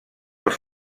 els